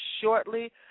shortly